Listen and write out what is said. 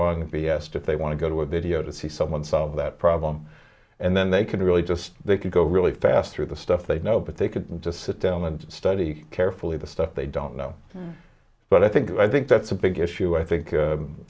the asked if they want to go to a video to see someone solve that problem and then they could really just they could go really fast through the stuff they know but they couldn't just sit down and study carefully the stuff they don't know but i think i think that's a big issue i think